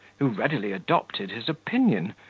who readily adopted his opinion,